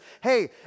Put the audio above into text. hey